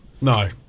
No